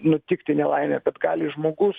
nutikti nelaimė bet gali žmogus